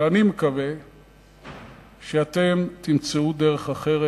אבל אני מקווה שאתם תמצאו דרך אחרת.